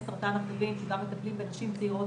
זה צריך להיות משהו הרבה יותר רציני ממה שיש היום.